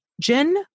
Jen